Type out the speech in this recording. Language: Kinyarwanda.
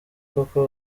koko